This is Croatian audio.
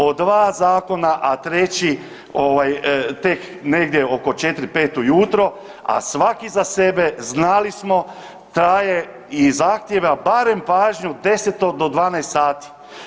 O 2 zakona, a treći tek negdje oko 4, 5 ujutro, a svaki za sebe, znali smo, traje i zahtijeva barem pažnju 10 do 12 sati.